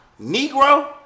Negro